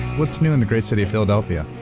what's new in the great city of philadelphia?